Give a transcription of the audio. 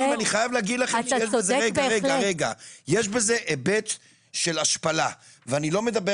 אני חייב לומר לכם שיש בזה היבט של השפלה ואני לא מדבר